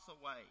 away